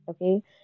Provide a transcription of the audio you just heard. okay